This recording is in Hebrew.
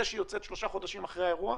זה שהיא יוצאת שלושה חודשים אחרי האירוע